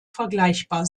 vergleichbar